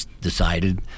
decided